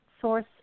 Source